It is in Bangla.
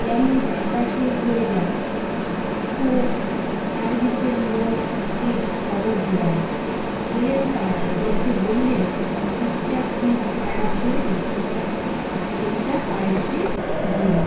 কেমন ফ্যাকাসে হয়ে যায় তো সার্ভিসের লোককে খবর দিলাম এলেন তারা দেখে বললেন পিকচার টিউব খারাপ হয়ে গেছে সেইটা পাল্টে দিন